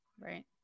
Right